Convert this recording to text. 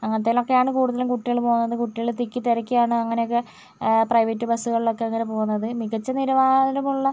അങ്ങനെത്തേലൊക്കെയാണ് കൂടുതലും കുട്ടികൾ പോണത് കുട്ടികൾ തിക്കിത്തിരക്കിയാണ് അങ്ങനെയൊക്കെ പ്രൈവറ്റ് ബസ്സുകളിൽ ഒക്കെ ഇങ്ങനെ പോകുന്നത് മികച്ച നിലവാരമുള്ള